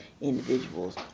individuals